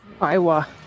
Iowa